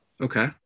Okay